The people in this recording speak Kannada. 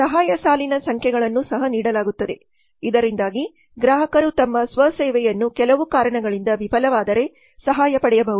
ಸಹಾಯ ಸಾಲಿನ ಸಂಖ್ಯೆಗಳನ್ನು ಸಹ ನೀಡಲಾಗುತ್ತದೆ ಇದರಿಂದಾಗಿ ಗ್ರಾಹಕರು ತಮ್ಮ ಸ್ವ ಸೇವೆಯನ್ನು ಕೆಲವು ಕಾರಣಗಳಿಂದ ವಿಫಲವಾದರೆ ಸಹಾಯ ಪಡೆಯಬಹುದು